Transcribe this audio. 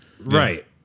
right